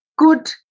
good